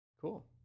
Cool